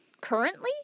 currently